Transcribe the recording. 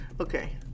Okay